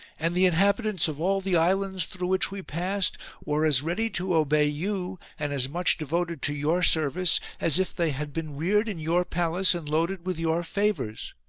and the inhabitants of all the islands through which we passed were as ready to obey you, and as much devoted to your service, as if they had been reared in your palace and loaded with your favours.